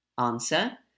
Answer